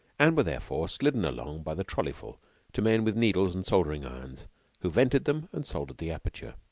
and were therefore slidden along by the trolleyful to men with needles and soldering-irons who vented them and soldered the aperture.